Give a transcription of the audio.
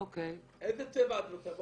איזה צבע את רוצה?